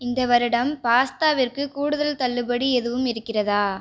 இந்த வருடம் பாஸ்தாவிற்கு கூடுதல் தள்ளுபடி எதுவும் இருக்கிறதா